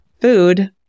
food